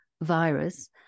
virus